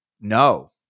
No